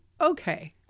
okay